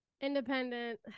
Independent